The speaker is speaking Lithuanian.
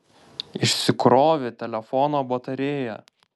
išsikrovė telefono batarėja